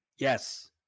Yes